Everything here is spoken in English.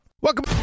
Welcome